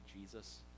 Jesus